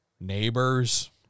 neighbors